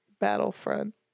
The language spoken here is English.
Battlefront